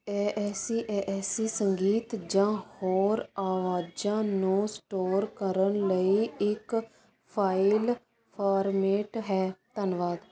A A C A A C ਸੰਗੀਤ ਜਾਂ ਹੋਰ ਆਵਾਜ਼ਾਂ ਨੂੰ ਸਟੋਰ ਕਰਨ ਲਈ ਇੱਕ ਫਾਈਲ ਫਾਰਮੈਟ ਹੈ ਧੰਨਵਾਦ